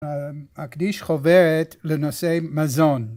מקדיש חוברת לנושאי מזון